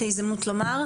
את ההזדמנות להתייחס.